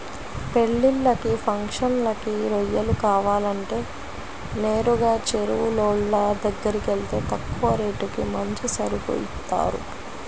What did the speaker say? పెళ్ళిళ్ళకి, ఫంక్షన్లకి రొయ్యలు కావాలంటే నేరుగా చెరువులోళ్ళ దగ్గరకెళ్తే తక్కువ రేటుకి మంచి సరుకు ఇత్తారు